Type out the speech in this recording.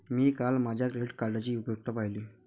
मी काल माझ्या क्रेडिट कार्डची उपयुक्तता पाहिली